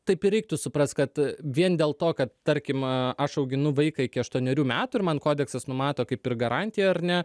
taip ir reiktų suprast kad vien dėl to kad tarkim aš auginu vaiką iki aštuonerių metų ir man kodeksas numato kaip ir garantiją ar ne